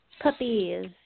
Puppies